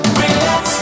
relax